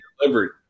delivered